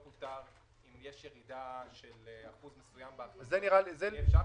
לגופם של דברים שלחנו מכתב ואם יהיה לי זמן